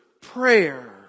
prayer